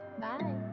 Bye